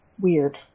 weird